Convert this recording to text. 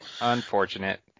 Unfortunate